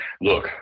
look